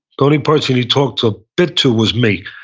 the only person he talked a bit to was me,